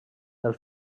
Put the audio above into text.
del